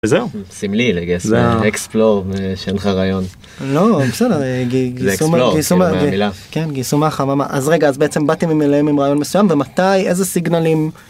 זהו, סמלי, לגייס אקספלור ושאין לך רעיון. לא, בסדר, גייסו מהחממה. אז רגע, אז בעצם באתם אליהם עם רעיון מסוים ומתי? איזה סיגנלים?